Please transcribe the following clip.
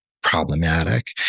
problematic